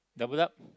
double up